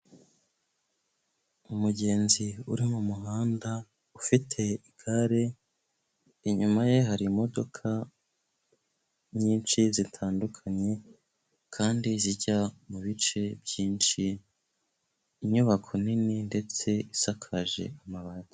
Umugenzi uri mumuhanda ufite igare inyuma ye hari imodoka nyinshi zitandukanye, kandi zijya mu bice byinshi, inyubako nini ndetse isakaje amabati.